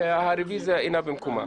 שהרוויזיה אינה במקומה.